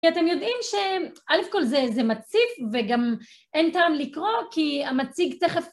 ואתם יודעים שאלף כול זה מציף וגם אין טעם לקרוא כי המציג תכף...